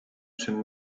czem